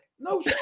No